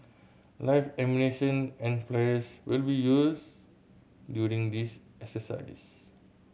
live ammunition and flares will be used during these exercise